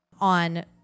on